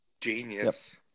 Genius